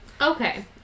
Okay